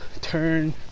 turn